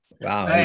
Wow